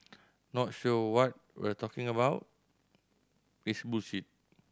not sure what we're talking about